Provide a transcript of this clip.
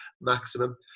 maximum